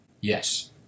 Yes